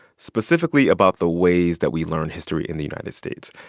specifically about the ways that we learn history in the united states.